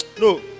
No